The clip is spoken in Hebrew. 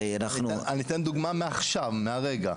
הרי, אנחנו --- אני אתן דוגמא מעכשיו, מהרגע.